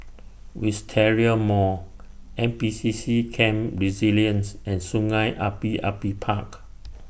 Wisteria Mall N P C C Camp Resilience and Sungei Api Api Park